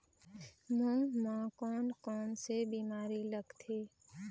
मूंग म कोन कोन से बीमारी लगथे?